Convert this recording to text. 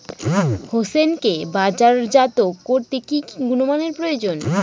হোসেনকে বাজারজাত করতে কি কি গুণমানের প্রয়োজন?